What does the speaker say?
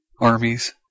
armies